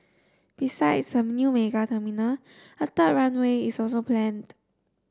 besides a new mega terminal a third runway is also planned